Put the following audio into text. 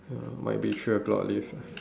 ya might be three o-clock leave eh